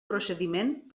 procediment